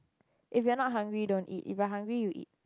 if you are not hungry don't eat if you're hungry you eat